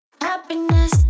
Happiness